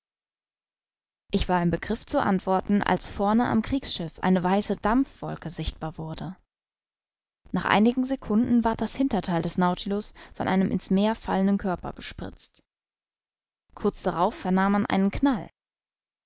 ich war im begriff zu antworten als vorne am kriegsschiff eine weiße dampfwolke sichtbar wurde nach einigen secunden ward das hintertheil des nautilus von einem in's meer fallenden körper bespritzt kurz darauf vernahm man einen knall